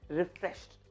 refreshed